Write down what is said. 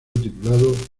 titulado